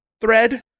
thread